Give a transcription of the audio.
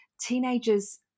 teenagers